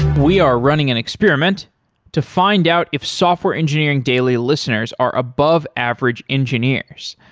we are running an experiment to find out if software engineering daily listeners are above average engineers.